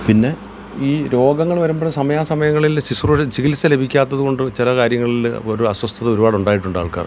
പിന്നെ ഈ രോഗങ്ങൾ വരുമ്പോഴും സമയാസമയങ്ങളിൽ ശുശ്രൂഷ ചികിത്സ ലഭിക്കാത്തതുകൊണ്ട് ചില കാര്യങ്ങളിൽ ഒരു അസ്വസ്ഥത ഒരുപാടുണ്ടായിട്ടുണ്ട് ആൾക്കാർക്ക്